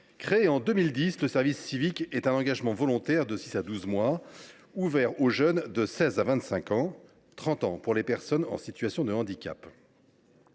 créé en 2010, consiste en un engagement volontaire de six à douze mois, ouvert aux jeunes de 16 à 25 ans, ou à 30 ans pour les personnes en situation de handicap.